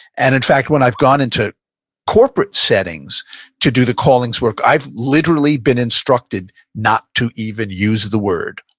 and in fact, when i've gone into corporate settings to do the callings work, i've literally been instructed not to even use the word.